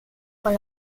con